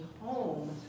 home